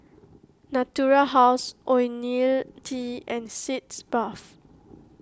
Natura House Ionil T and Sitz Bath